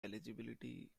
eligibility